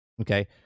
okay